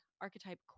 archetype